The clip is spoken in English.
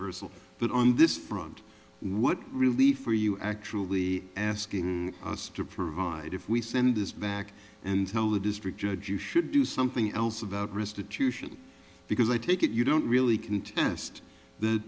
l but on this front what relief are you actually asking us to provide if we send this back and tell the district judge you should do something else about restitution because i take it you don't really contest the